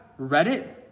Reddit